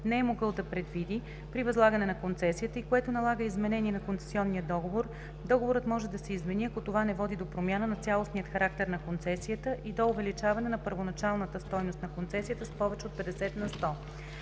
не е могъл да предвиди при възлагане на концесията и което налага изменение на концесионния договор, договорът може да се измени, ако това не води до промяна на цялостния характер на концесията и до увеличаване на първоначалната стойност на концесията с повече от 50 на сто.